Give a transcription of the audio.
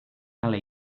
hala